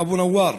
אבו נאוור,